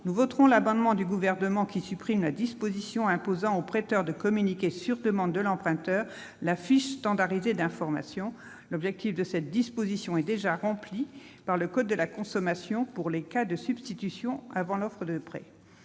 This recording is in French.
nous voterons l'amendement du Gouvernement qui tend à supprimer la disposition imposant au prêteur de communiquer, sur demande de l'emprunteur, la fiche standardisée d'information. Cette disposition est en effet déjà satisfaite par le code de la consommation pour les cas de substitution avant l'offre de prêt.